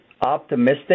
optimistic